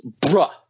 bruh